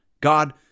God